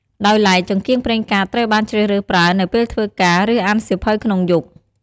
ដោយឡែក ចង្កៀងប្រេងកាតត្រូវបានជ្រើសរើសប្រើនៅពេលធ្វើការ ឬអានសៀវភៅក្នុងយប់ ។